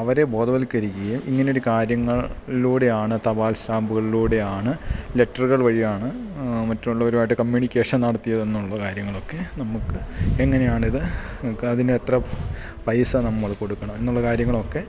അവരെ ബോധവൽക്കരിക്കുകയും ഇങ്ങനെയൊരു കാര്യങ്ങളിലൂടെയാണ് തപാൽ സ്റ്റാമ്പുകളിലൂടെയാണ് ലെറ്ററുകൾ വഴിയാണ് മറ്റുള്ളവരുമായിട്ട് കമ്മ്യൂണിക്കേഷൻ നടത്തിയത് എന്നുള്ള കാര്യങ്ങളൊക്കെ നമുക്ക് എങ്ങനെയാണിത് നമുക്കതിന് എത്ര പൈസ നമ്മൾ കൊടുക്കണം എന്നുള്ള കാര്യങ്ങളൊക്കെ